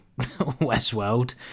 Westworld